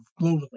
globally